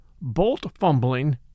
bolt-fumbling